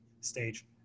stage